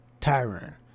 Tyron